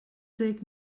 ddeg